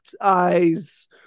eyes